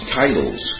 titles